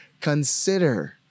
consider